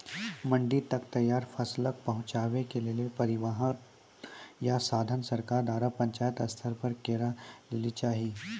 मंडी तक तैयार फसलक पहुँचावे के लेल परिवहनक या साधन सरकार द्वारा पंचायत स्तर पर करै लेली चाही?